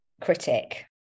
critic